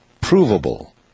provable